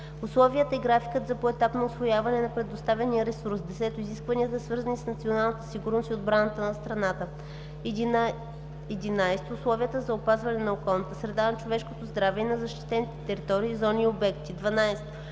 условията и графикът за поетапно усвояване на предоставения ресурс; 10. изискванията, свързани с националната сигурност и отбраната на страната; 11. условията за опазването на околната среда, на човешкото здраве и на защитените територии, зони и обекти; 12.